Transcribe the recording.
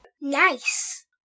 Nice